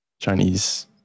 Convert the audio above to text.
Chinese